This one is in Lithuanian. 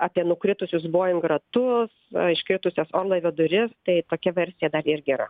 apie nukritusius boeing ratus iškritusias orlaivio duris tai tokia versija dar irgi yra